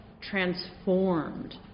transformed